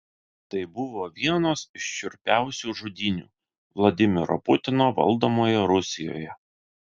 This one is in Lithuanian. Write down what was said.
tai buvo vienos iš šiurpiausių žudynių vladimiro putino valdomoje rusijoje